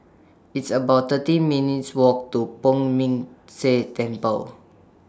It's about thirteen minutes' Walk to Poh Ming Tse Temple